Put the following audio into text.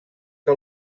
que